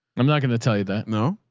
i'm not going to tell you that. no.